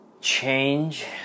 Change